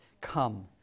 come